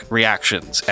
reactions